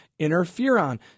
interferon